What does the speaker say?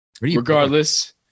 regardless